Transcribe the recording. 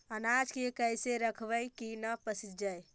अनाज के कैसे रखबै कि न पसिजै?